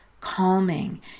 calming